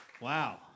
Wow